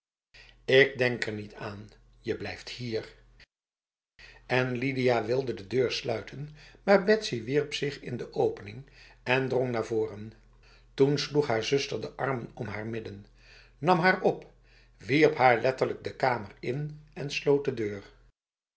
ik denk er niet aan je blijft hier en lidia wilde de deur sluiten maar betsy wierp zich in de opening en drong naar voren toen sloeg haar zuster de armen om haar midden nam haar op wierp haar letterlijk de kamer in en sloot de deur